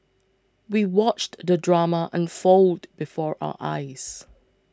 we watched the drama unfold before our eyes